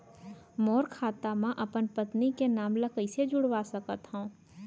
मोर खाता म अपन पत्नी के नाम ल कैसे जुड़वा सकत हो?